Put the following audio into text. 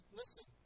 listen